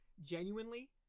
genuinely